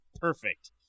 perfect